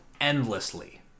endlessly